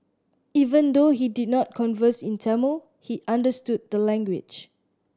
even though he did not converse in Tamil he understood the language